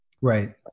right